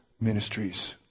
ministries